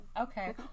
Okay